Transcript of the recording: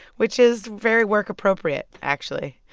which is very work-appropriate, actually